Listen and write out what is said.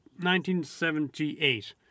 1978